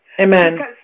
Amen